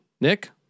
Nick